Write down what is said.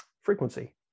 frequency